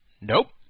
Nope